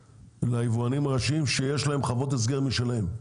ליבואנים הראשיים שיש להם חוות הסגר משלהם,